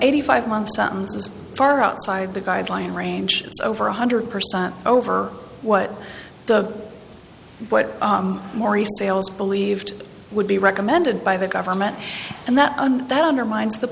eighty five months sounds far outside the guideline range over one hundred percent over what the what maurice sales believed would be recommended by the government and that that undermines the